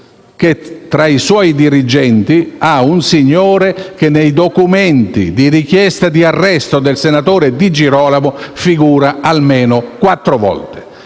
che, tra i suoi dirigenti, ha un signore che, nei documenti di richiesta di arresto del senatore Di Girolamo, figura almeno quattro volte.